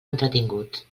entretingut